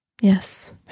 Yes